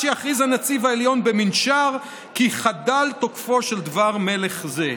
שיכריז הנציב העליון במנשר כי חדל תוקפו של דבר מלך זה",